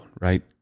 right